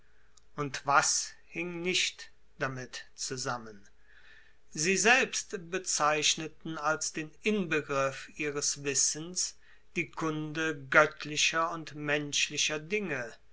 und was hing nicht damit zusammen sie selbst bezeichneten als den inbegriff ihres wissens die kunde goettlicher und menschlicher dinge